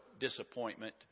disappointment